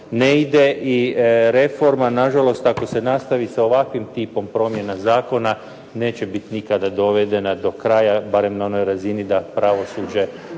ne ide i reforma na žalost ako se nastavi sa ovakvim tipom promjena zakona neće biti nikada dovedena do kraja barem na onoj razini da pravosuđe